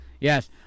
Yes